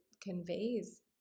conveys